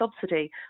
subsidy